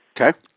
Okay